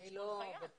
אני לא בבנק.